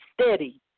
steady